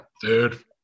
dude